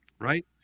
Right